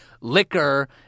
liquor